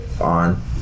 on